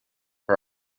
her